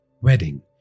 Wedding